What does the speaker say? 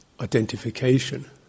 identification